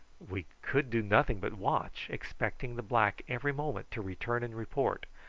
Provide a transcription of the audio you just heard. we could do nothing but watch, expecting the black every moment to return and report.